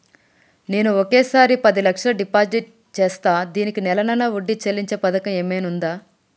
నేను ఒకేసారి పది లక్షలు డిపాజిట్ చేస్తా దీనికి నెల నెల వడ్డీ చెల్లించే పథకం ఏమైనుందా?